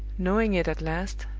knowing it at last,